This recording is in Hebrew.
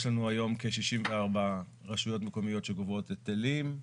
יש לנו היום כ-64 רשויות מקומיות שגובות היטלים.